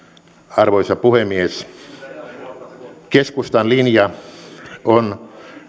arvoisa puhemies keskustan linja on